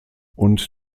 und